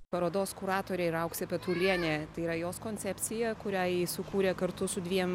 parodos kuratorė yra auksė petrulienė tai yra jos koncepcija kurią ji sukūrė kartu su dviem